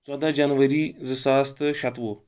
ژۄداہ جنؤری زٕ ساس تہٕ شَتوُہ